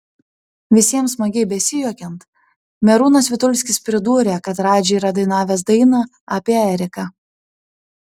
visiems smagiai besijuokiant merūnas vitulskis pridūrė kad radži yra dainavęs dainą apie eriką